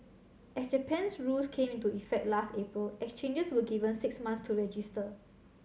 as Japan's rules came into effect last April exchanges were given six months to register